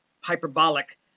hyperbolic